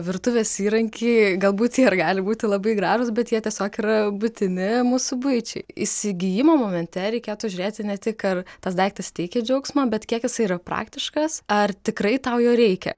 virtuvės įrankiai galbūt jie ir gali būti labai gražūs bet jie tiesiog yra būtini mūsų buičiai įsigijimo momente reikėtų žiūrėti ne tik ar tas daiktas teikia džiaugsmą bet kiek jisai yra praktiškas ar tikrai tau jo reikia